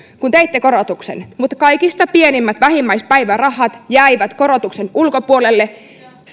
kun teitte korotuksen oli ok mutta kaikista pienimmät vähimmäispäivärahat jäivät korotuksen ulkopuolelle